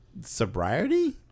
sobriety